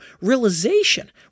realization